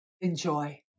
Enjoy